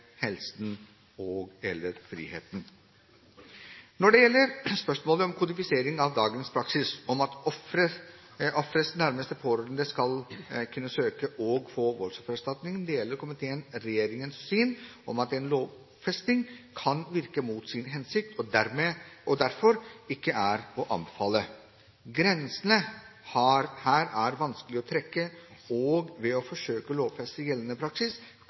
friheten. Når det gjelder spørsmålet om kodifisering av dagens praksis om at ofres nærmeste pårørende skal kunne søke og få voldsoffererstatning, deler komiteen regjeringens syn, at en lovfesting kan virke mot sin hensikt og derfor ikke er å anbefale. Grensene her er vanskelig å trekke, og ved å forsøke å lovfeste gjeldende praksis